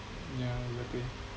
yeah exactly